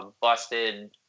busted